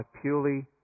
purely